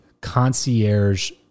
concierge